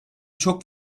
çok